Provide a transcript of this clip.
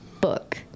book